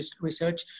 research